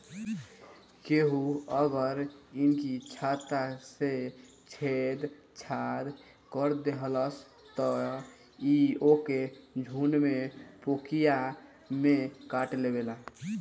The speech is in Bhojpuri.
केहू अगर इनकी छत्ता से छेड़ छाड़ कर देहलस त इ ओके झुण्ड में पोकिया में काटलेवेला